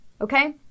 Okay